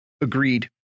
agreed